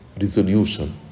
resolution